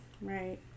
Right